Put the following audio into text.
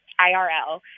IRL